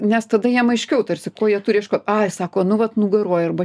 nes tada jiem aiškiau tarsi ko jie turi ieškot ai sako nu vat nugaroj arba